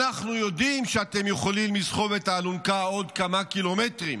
אנחנו יודעים שאתם יכולים לסחוב את האלונקה עוד כמה קילומטרים,